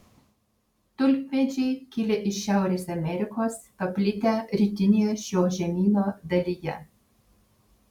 tulpmedžiai kilę iš šiaurės amerikos paplitę rytinėje šio žemyno dalyje